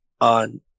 on